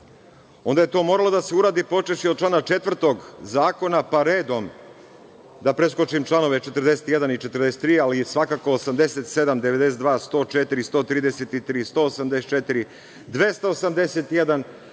onda je to moralo da uradi počevši od člana 4. Zakona, pa redom, da preskočim članove 41. i 43, ali i svakako 87, 92, 104, 133, 184, 281,